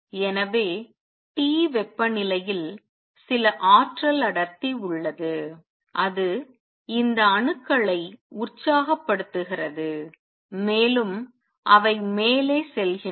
எனவே T வெப்பநிலையில் சில ஆற்றல் அடர்த்தி உள்ளது அது இந்த அணுக்களை உற்சாகப்படுத்துகிறது மேலும் அவை மேலே செல்கின்றன